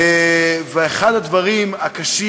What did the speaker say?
ואחד הדברים הקשים,